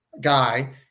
guy